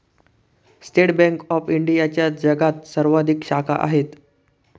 state bank of इंडियाच्या जगात सर्वाधिक शाखा आहेत